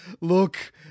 Look